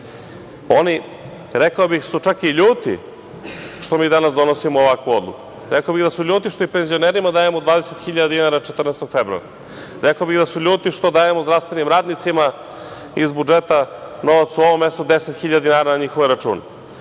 rekao bih, su čak i ljuti što mi danas donosimo ovakvu odluku. Rekao bih i da su ljuti što i penzionerima dajemo 20 hiljada dinara 14. februara. Rekao bih da su ljuti što dajemo zdravstvenim radnicima iz budžeta novac u ovom mesecu 10 hiljada dinara na njihove račune.